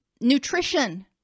Nutrition